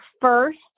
first